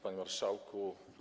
Panie Marszałku!